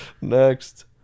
Next